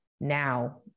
now